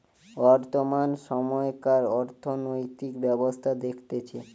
বর্তমান সময়কার অর্থনৈতিক ব্যবস্থা দেখতেছে